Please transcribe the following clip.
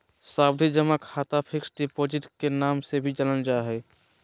सावधि जमा खाता फिक्स्ड डिपॉजिट के नाम से भी जानल जा हय